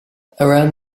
around